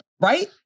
Right